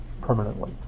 Permanently